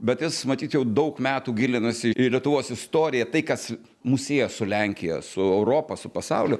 bet jis matyt jau daug metų gilinasi į lietuvos istoriją tai kas mus sieja su lenkija su europa su pasauliu